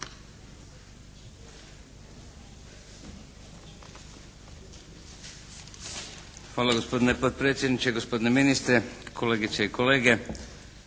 Hvala gospodine potpredsjedniče. Gospodine ministre, kolegice i kolege.